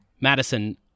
Madison